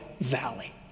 valley